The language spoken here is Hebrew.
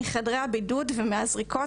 מחדרי הבידוד ומהזריקות,